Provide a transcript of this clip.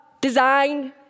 design